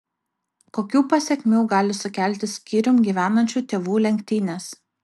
kokių pasekmių gali sukelti skyrium gyvenančių tėvų lenktynės